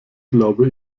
glaube